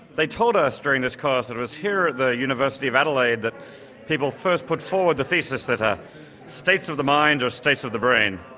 they told us during this course it was here at the university of adelaide that people first put forward the thesis that ah states of the mind are states of the brain.